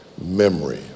Memory